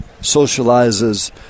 socializes